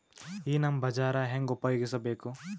ಈ ನಮ್ ಬಜಾರ ಹೆಂಗ ಉಪಯೋಗಿಸಬೇಕು?